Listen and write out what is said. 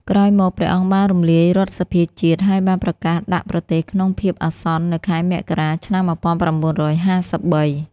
ក្រោយមក ព្រះអង្គបានរំលាយរដ្ឋសភាជាតិ ហើយបានប្រកាសដាក់ប្រទេសក្នុងភាពអាសន្ននៅខែមករា ឆ្នាំ១៩៥៣។